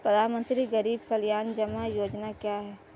प्रधानमंत्री गरीब कल्याण जमा योजना क्या है?